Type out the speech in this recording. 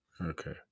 Okay